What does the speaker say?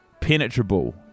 penetrable